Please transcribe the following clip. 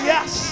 Yes